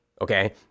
Okay